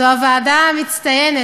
זו הוועדה המצטיינת,